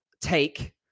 take